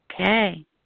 Okay